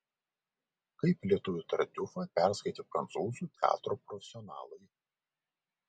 kaip lietuvių tartiufą perskaitė prancūzų teatro profesionalai